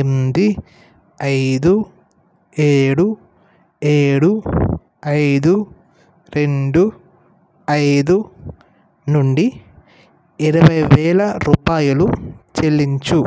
ఎనిమిది ఐదు ఏడు ఏడు ఐదు రెండు ఐదు నుండి ఇరవై వేల రూపాయలు చెల్లించు